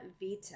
Vita